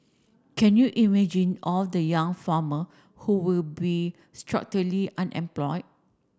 can you imagine all the young farmer who will be structurally unemployed